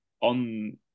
on